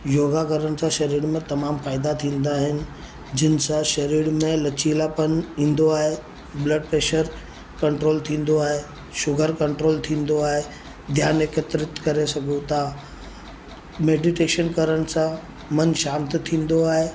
योगा करण सां शरीर में तमामु फ़ाइदा थींदा आहिनि जिन सां शरीर में लचीलापन ईंदो आहे ब्लड प्रैशर कंट्रोल थींदो आहे शुगर कंट्रोल थींदो आहे ध्यानु एकत्रित करे सघूं था मेडीटेशन करण सां मन शांति थींदो आहे